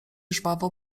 żwawo